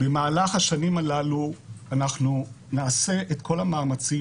במהלך השנים הללו אנחנו נעשה את כל המאמצים